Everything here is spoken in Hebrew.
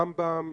רמב"ם,